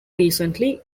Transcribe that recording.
recently